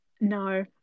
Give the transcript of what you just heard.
no